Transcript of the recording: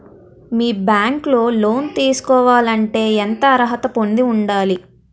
మీ bank లో loan తీసుకోవాలంటే ఎం అర్హత పొంది ఉండాలి?